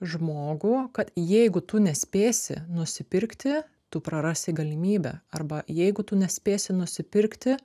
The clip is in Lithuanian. žmogų kad jeigu tu nespėsi nusipirkti tu prarasi galimybę arba jeigu tu nespėsi nusipirkti